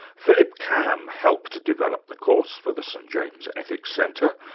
philip cam helped develop the course for the st james ethics centre.